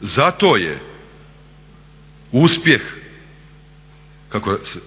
Zato je uspjeh